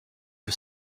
que